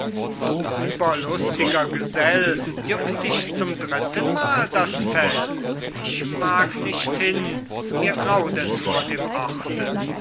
du überlustiger gesell juckt dich zum drittenmal das fell ich mag nicht hin mir graut es vor dem